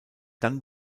dann